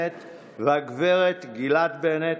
והגב' גילת בנט,